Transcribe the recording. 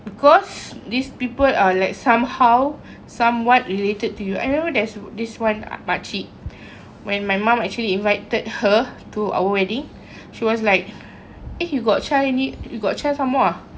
because these people are like somehow somewhat related to you I remember there's this one makcik when my mum actually invited her to our wedding she was like eh you got child ni you got child some more ah